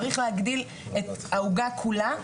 צריך להגדיל את העוגה כולה,